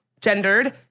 gendered